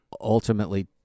ultimately